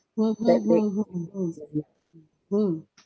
mm mm